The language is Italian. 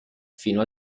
fino